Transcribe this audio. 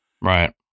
right